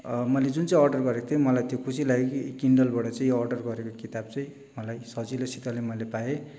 मैले जुन चाहिँ अर्डर गरेको थिएँ मलाई त्यो खुसी लाग्यो कि किन्डलबाट चाहिँ यो अर्डर गरेको किताब चाहिँ मलाई सजिलैसित मैले पाएँ